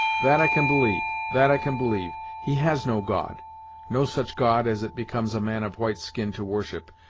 that i can believe that i can believe. he has no god no such god as it becomes a man of white skin to worship,